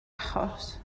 achos